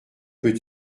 peut